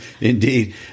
Indeed